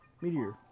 Meteor